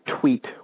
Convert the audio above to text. tweet